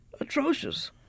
atrocious